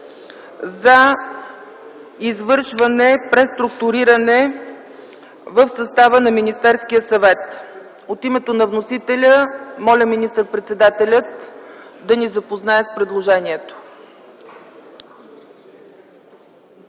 за извършване преструктуриране в състава на Министерския съвет. От името на вносителя моля министър-председателят да ни запознае с предложението.